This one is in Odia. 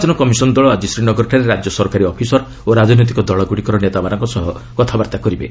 ନିର୍ବାଚନ କମିଶନ୍ ଦଳ ଆଜି ଶ୍ରୀନଗରଠାରେ ରାଜ୍ୟ ସରକାରୀ ଅଫିସର ଓ ରାଜନୈତିକ ଦଳଗୁଡ଼ିକର ନେତାମାନଙ୍କ ସହ କଥାବାର୍ତ୍ତା କରିବେ